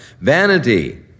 vanity